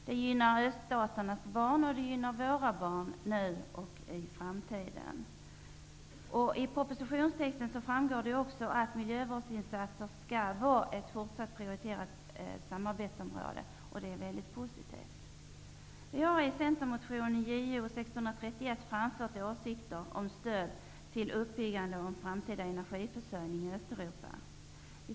Det gynnar öststaternas barn, och det gynnar våra barn nu och i framtiden. Av propositionstexten framgår det också att miljövårdsinsatser skall fortsatt vara ett prioriterat samarbetsområde, vilket är mycket positivt. I centermotionen Jo631 har vi framfört åsikter om stöd till uppbyggande av framtida energiförsörjning i Östeuropa.